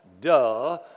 duh